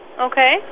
Okay